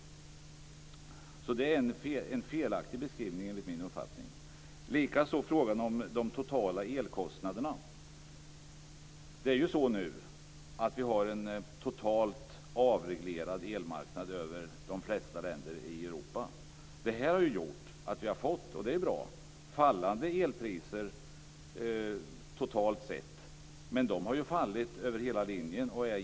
Den här beskrivningen är alltså enligt min uppfattning felaktig. På samma sätt är det med de totala elkostnaderna. I de flesta länderna i Europa är det nu en totalt avreglerad elmarknad. Det har gjort, och det är bra, att vi har fått fallande elpriser totalt sett. Men priserna har fallit över hela linjen.